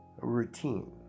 Routine